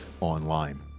online